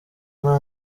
nta